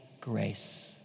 grace